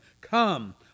Come